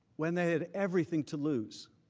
one they had everything to lose.